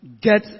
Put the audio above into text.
get